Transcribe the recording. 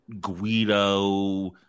Guido